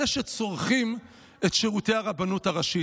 אלה שצורכים את שירותי הרבנות הראשית.